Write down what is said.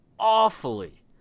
Awfully